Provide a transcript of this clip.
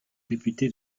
réputé